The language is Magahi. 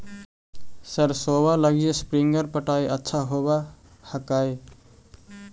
सरसोबा लगी स्प्रिंगर पटाय अच्छा होबै हकैय?